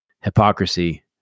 Hypocrisy